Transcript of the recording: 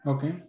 Okay